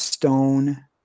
stone